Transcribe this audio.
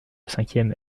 cinquième